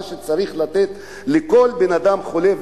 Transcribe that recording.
מה שצריך לתת לכל בן-אדם חולה,